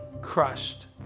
crushed